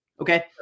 okay